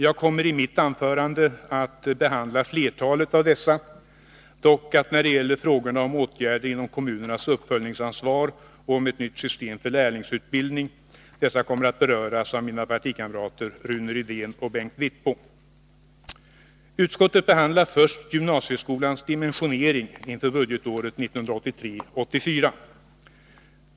Jag kommer i mitt anförande att behandla flertalet av dessa; dock kommer frågorna om åtgärder inom kommunernas uppföljningsansvar och om ett nytt system för lärlingsutbildning att beröras av mina partikamrater Rune Rydén och Bengt Wittbom. Utskottet behandlar först gymnasieskolans dimensionering inför budgetåret 1983/84.